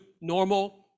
normal